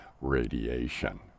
radiation